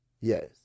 Yes